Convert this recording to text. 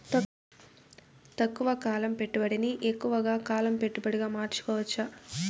తక్కువ కాలం పెట్టుబడిని ఎక్కువగా కాలం పెట్టుబడిగా మార్చుకోవచ్చా?